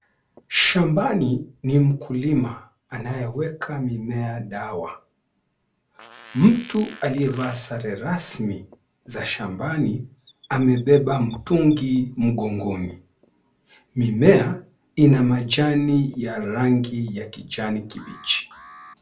Shambani ni mkulima anayeweka mimea dawa. Mtu aliyevaa sare rasmi za shambani, amebeba mtungi mgongoni. Mimea ina majani ya rangi ya kijani kibichi.